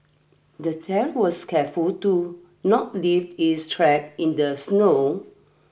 the thief was careful to not leave his track in the snow